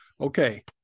okay